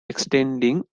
extending